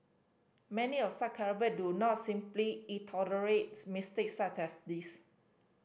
many of such calibre do not simply it mistakes such as this